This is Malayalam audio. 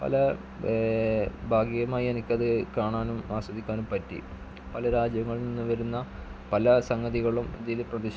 പല ഭാഗികമായി എനിക്കത് കാണാനും ആസ്വദിക്കാനും പറ്റി പല രാജ്യങ്ങളെന്നു വരുന്ന പല സംഗതികളും ഇതിൽ പ്രദർശിപ്പിക്കും